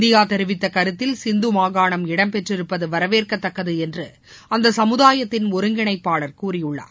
India தெரிவித்த கருத்தில் சிந்து மாகாணம் இடம் பெற்றிருப்பது வரவேற்கதக்கது என்று அந்த சமுதாயத்தின் ஒருங்கிணைப்பாளர் கூறியுள்ளார்